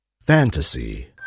Fantasy